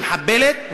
שמחבלת,